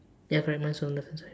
ya correct mine's on left hand side